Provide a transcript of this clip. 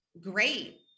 great